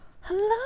Hello